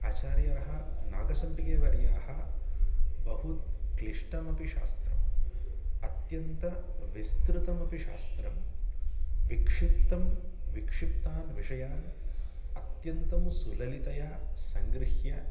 आचार्याः नागसम्पिगेवर्याः बहु क्लिष्टमपि शास्त्रम् अत्यन्तविस्तृतमपि शास्त्रं विक्षिप्तं विक्षिप्तान् विषयान् अत्यन्तं सुललितया सङ्गृह्य